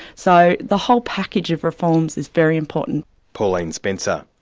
so the whole package of reforms is very important. pauline spencer.